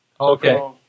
Okay